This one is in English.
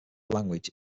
language